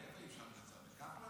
--- קפלן או